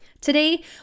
Today